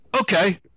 Okay